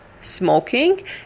smoking